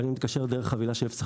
אם אני מתקשר דרך חבילה של 013,